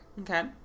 Okay